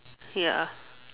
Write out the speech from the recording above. ya